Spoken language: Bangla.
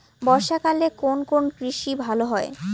বর্ষা কালে কোন কোন কৃষি ভালো হয়?